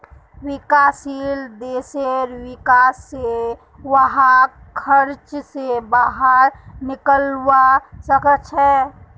विकासशील देशेर विका स वहाक कर्ज स बाहर निकलवा सके छे